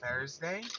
Thursday